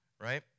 right